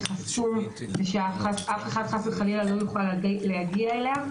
חסום ושאף אחד לא יוכל להגיע אליו.